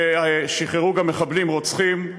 ושחררו גם מחבלים רוצחים,